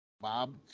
Bob